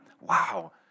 Wow